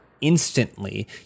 instantly